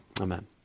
amen